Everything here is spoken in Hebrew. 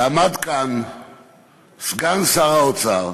ועמד כאן סגן שר האוצר,